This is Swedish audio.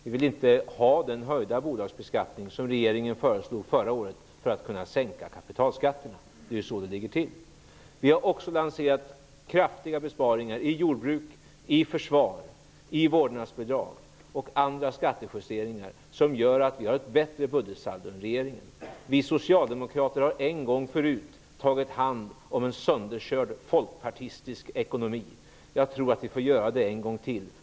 Vi vill inte ha en höjd bolagsbeskattning, som regeringen föreslog förra året för att kunna sänka kapitalskatterna. Det är så det ligger till. Vi har också lanserat kraftiga besparingar i jordbruk, i försvar, vårdnadsbidrag m.fl. skattejusteringar som gör att vi får bättre budgetsaldo än regeringen. Vi socialdemokrater har en gång förut tagit hand om en söderkörd folkpartistisk ekonomi. Jag tror att vi får göra det en gång till.